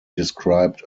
described